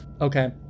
Okay